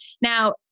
Now